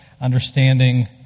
understanding